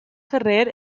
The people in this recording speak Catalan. ferrer